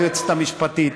היועצת המשפטית,